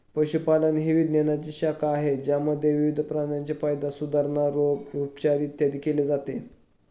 पशुपालन ही विज्ञानाची शाखा आहे ज्यामध्ये विविध प्राण्यांची पैदास, सुधारणा, रोग, उपचार, इत्यादी केले जाते